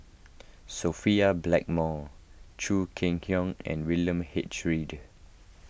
Sophia Blackmore Chong Kee Hiong and William H Read